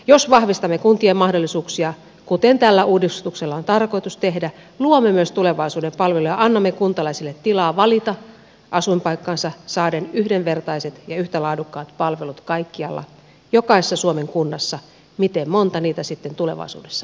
jos vahvistamme kuntien mahdollisuuksia kuten tällä uudistuksella on tarkoitus tehdä luomme myös tulevaisuuden palveluja annamme kuntalaisille tilaa valita asuinpaikkansa niin että he saavat yhdenvertaiset ja yhtä laadukkaat palvelut kaikkialla jokaisessa suomen kunnassa miten monta niitä sitten tulevaisuudessa onkaan